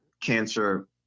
cancer